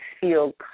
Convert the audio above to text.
feel